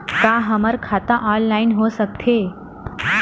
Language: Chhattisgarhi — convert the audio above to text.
का हमर खाता ऑनलाइन हो सकथे?